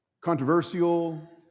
controversial